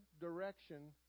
direction